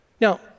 Now